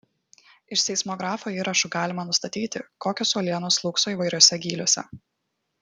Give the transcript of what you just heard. iš seismografo įrašų galima nustatyti kokios uolienos slūgso įvairiuose gyliuose